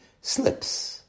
slips